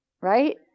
right